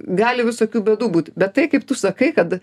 gali visokių bėdų būt bet tai kaip tu sakai kad